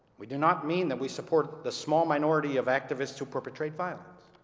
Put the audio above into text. we do not mean that we support the small minority of activists who perpetrate violence.